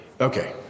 Okay